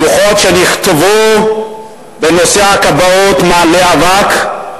דוחות שנכתבו בנושא הכבאות מעלים אבק.